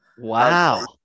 wow